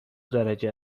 درجه